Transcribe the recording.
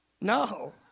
No